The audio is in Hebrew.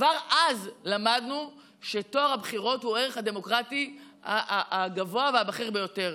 כבר אז למדנו שטוהר הבחירות הוא הערך הדמוקרטי הכי הגבוה והבכיר ביותר.